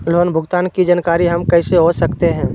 Loan भुगतान की जानकारी हम कैसे हो सकते हैं?